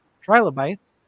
trilobites